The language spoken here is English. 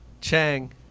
Chang